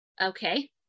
okay